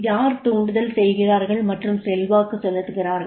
யார் தூண்டுதல் செய்கிறார்கள் மற்றும் செல்வாக்கு செலுத்துகிறார்கள்